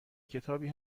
کتابی